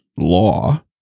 law